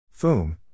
FOOM